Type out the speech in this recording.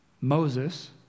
Moses